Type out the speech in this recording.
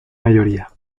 mayoría